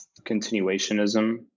continuationism